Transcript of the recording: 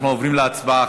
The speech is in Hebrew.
אנחנו עוברים להצבעה.